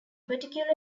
particular